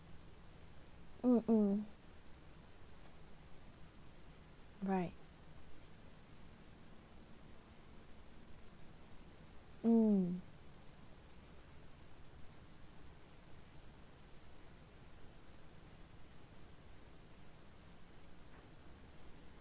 mm mm right mm